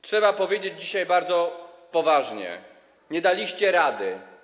Trzeba powiedzieć dzisiaj bardzo poważnie: nie daliście rady.